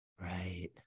Right